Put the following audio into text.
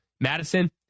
Madison